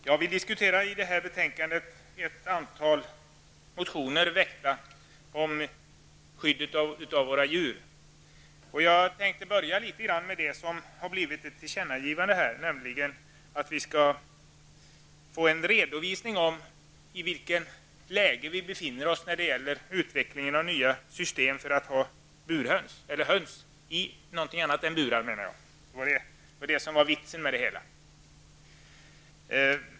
Herr talman! I det här betänkandet behandlas ett antal motioner om skyddet för våra djur. Jag tänkte börja med tillkännagivandet att regeringen skall lämna en redovisning om i vilket stadium vi befinner oss när det gäller utvecklingen av nya system för att hålla höns i någonting annat än burar.